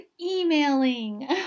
emailing